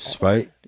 right